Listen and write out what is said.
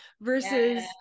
versus